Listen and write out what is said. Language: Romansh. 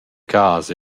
cas